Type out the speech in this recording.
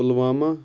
Pulwama